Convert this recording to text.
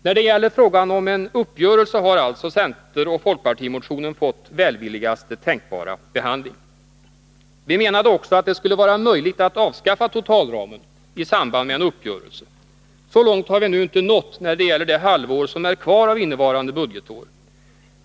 När det gäller frågan om en uppgörelse har alltså centeroch folkpartimotionen fått välvilligaste tänkbara behandling. Vi menade också att det skulle vara möjligt att avskaffa totalramen i samband med en uppgörelse. Så långt har vi nu inte nått när det gäller det halvår som är kvar av innevarande budgetår.